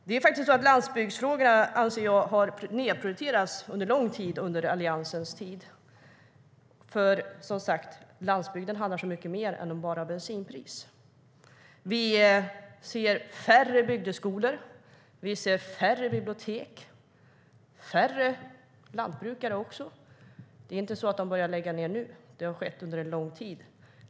Jag anser att landsbygdsfrågorna har nedprioriterats länge under Alliansens tid. Som sagt handlar landsbygdsfrågorna om så mycket mer än bara bensinpriset. Vi ser färre bygdeskolor, färre bibliotek och även färre lantbrukare. Det är inte så att de börjar lägga ned nu, utan det har skett under lång tid.